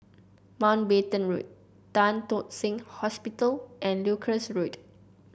Mountbatten Road Tan Tock Seng Hospital and Leuchars Road